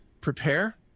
Prepare